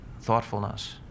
thoughtfulness